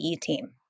team